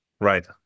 Right